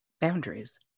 boundaries